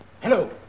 Hello